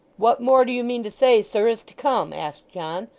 what more do you mean to say, sir, is to come asked john,